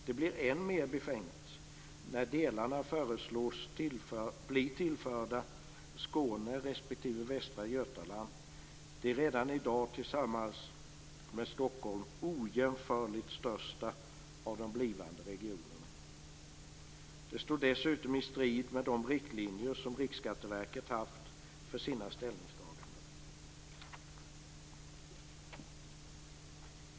Det blir än mer befängt när delarna föreslås bli tillförda Skåne respektive Västra Götalands län, de redan i dag tillsammans med Stockholm ojämförligt största av de blivande regionerna. Det står dessutom i strid med de riktlinjer som Riksskatteverket haft för sina ställningstaganden.